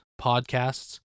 podcasts